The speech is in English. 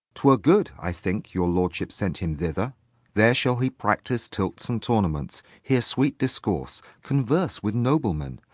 twere good, i think, your lordship sent him thither there shall he practise tilts and tournaments, hear sweet discourse, converse with noblemen,